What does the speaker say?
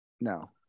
No